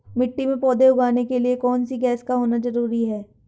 मिट्टी में पौधे उगाने के लिए कौन सी गैस का होना जरूरी है?